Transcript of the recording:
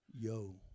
yo